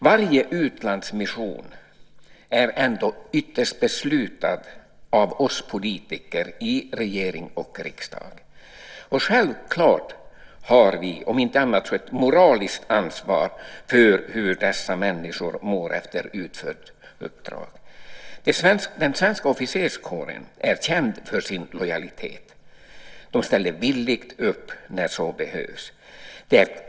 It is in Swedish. Varje utlandsmission är ändå ytterst beslutad av oss politiker i regering och riksdag. Och självklart har vi om inte annat så ett moraliskt ansvar för hur dessa människor mår efter utfört uppdrag. Den svenska officerskåren är känd för sin lojalitet. Den ställer villigt upp när så behövs.